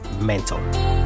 mental